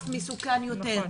מסוכן יותר.